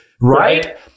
right –